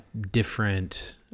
different